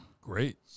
Great